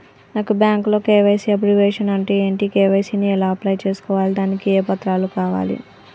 నాకు బ్యాంకులో KYC abbreviation అంటే ఏంటి కే.వై.సీ ని ఎలా అప్లై చేసుకోవాలి దానికి ఏ పత్రాలు కావాలి?